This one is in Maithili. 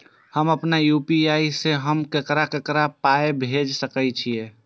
हम आपन यू.पी.आई से हम ककरा ककरा पाय भेज सकै छीयै?